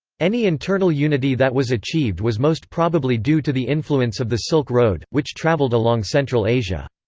any internal unity that was achieved was most probably due to the influence of the silk road, which traveled along central asia.